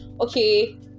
okay